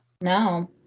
No